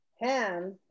Ham